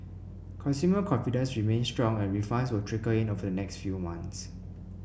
consumer confidence remains strong and refunds will trickle in over the next few months